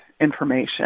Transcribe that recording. information